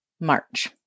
March